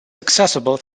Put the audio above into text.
accessible